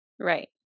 Right